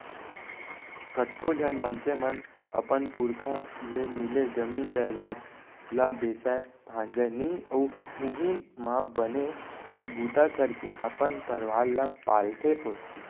कतको झन मनसे मन अपन पुरखा ले मिले जमीन जयजाद ल बेचय भांजय नइ अउ उहीं म बने बूता करके अपन परवार ल पालथे पोसथे